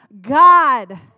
God